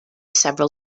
several